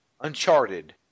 Uncharted